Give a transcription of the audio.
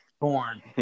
born